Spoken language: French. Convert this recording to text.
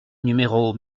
numéros